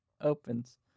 opens